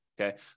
okay